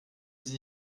sie